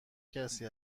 کسی